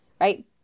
right